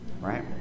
right